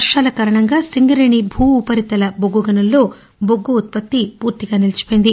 వర్వాల కారణంగా సింగరేణి భూ ఉపరితల బొగ్గు గనుల్లో బొగ్గు ఉత్పత్తి పూర్తిగా నిలిచిపోయింది